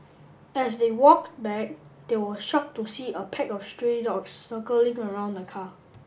as they walked back they were shocked to see a pack of stray dogs circling around the car